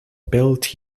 built